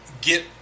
get